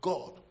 God